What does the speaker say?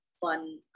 fun